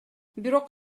бирок